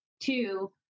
two